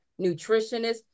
nutritionist